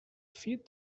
feed